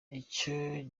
icyo